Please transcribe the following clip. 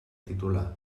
titular